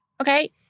Okay